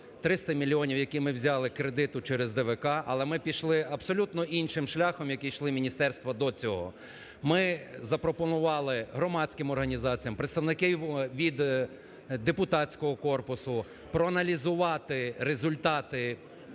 300 мільйонів, які ми взяли кредиту через ДВК, але ми пішли абсолютно іншим шляхом, яким йшло міністерство до цього. Ми запропонували громадським організаціям, представникам від депутатського корпусу проаналізувати результати